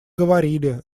говорили